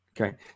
Okay